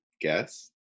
guess